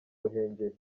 ruhengeri